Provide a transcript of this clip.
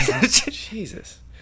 Jesus